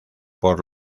por